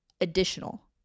additional